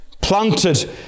planted